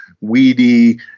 weedy